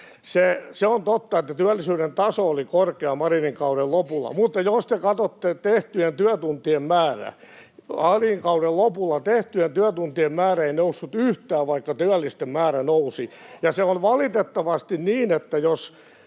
Se on totta, että työllisyyden taso oli korkea Marinin kauden lopulla. Mutta jos te katsotte tehtyjen työtuntien määrää, niin Marinin kauden lopulla tehtyjen työtuntien määrä ei noussut yhtään, vaikka työllisten määrä nousi. Ja se on valitettavasti niin, että jos